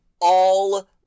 all-